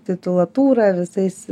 titulatūra visais